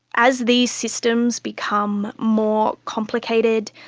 as these systems become more complicated,